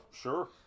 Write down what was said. Sure